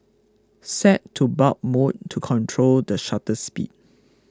set to Bulb mode to control the shutter speed